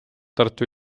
tartu